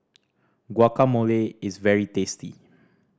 guacamole is very tasty